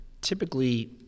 typically